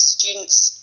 Students